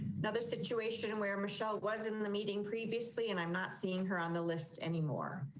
another situation and where michelle was in the meeting. previously, and i'm not seeing her on the list anymore.